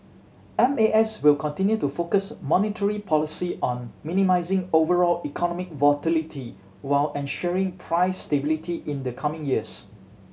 M A S will continue to focus monetary policy on minimising overall economic volatility while ensuring price stability in the coming years